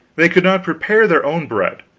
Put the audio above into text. they could not prepare their own bread,